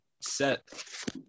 set